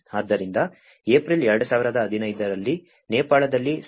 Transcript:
ಆದ್ದರಿಂದ ಏಪ್ರಿಲ್ 2015 ರಲ್ಲಿ ನೇಪಾಳದಲ್ಲಿ 7